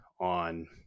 on